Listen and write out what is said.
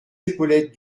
épaulettes